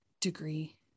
degree